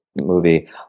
movie